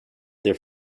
their